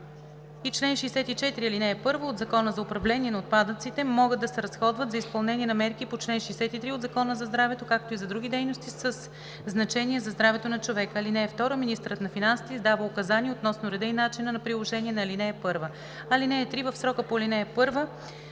и чл. 64, ал. 1 от Закона за управление на отпадъците могат да се разходват за изпълнение на мерки по чл. 63 от Закона за здравето, както и за други дейности със значение за здравето на човека. (2) Министърът на финансите издава указания относно реда и начина на приложение на ал. 1. (3) В срока по ал. 1